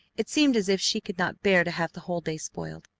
it seemed as if she could not bear to have the whole day spoiled.